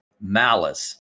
malice